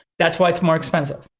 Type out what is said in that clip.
that's why it's more expensive,